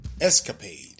Escapade